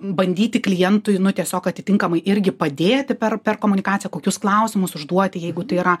bandyti klientui nu tiesiog atitinkamai irgi padėti per per komunikaciją kokius klausimus užduoti jeigu tai yra